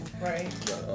right